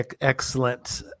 excellent